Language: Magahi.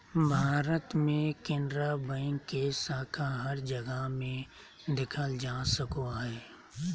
भारत मे केनरा बैंक के शाखा हर जगह मे देखल जा सको हय